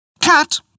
Cat